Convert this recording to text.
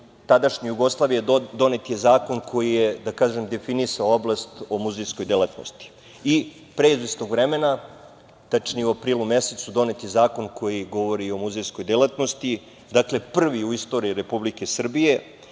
tadašnjoj Jugoslaviji je donete zakon koji je definisao oblast o muzejskoj delatnosti. Pre izvesnog vremena, tačnije u aprilu mesecu, donet je zakon koji govori o muzejskoj delatnosti, dakle prvi u istoriji Republike Srbije